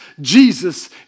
Jesus